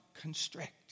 constrict